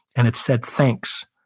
and it said, thanks,